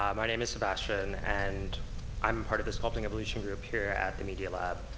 um my name is sebastian, and i'm part of the sculpting evolution group here at the media lab,